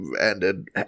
ended